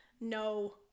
No